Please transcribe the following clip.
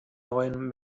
neuen